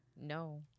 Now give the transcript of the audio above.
No